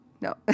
No